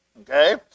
okay